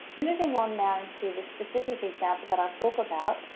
moving on now to the specific examples that i talk about,